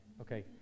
okay